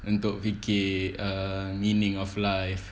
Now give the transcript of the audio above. untuk fikir err meaning of life